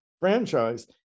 franchise